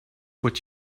what